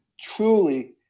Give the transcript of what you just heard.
truly